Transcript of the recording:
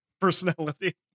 personality